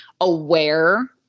aware